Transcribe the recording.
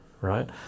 right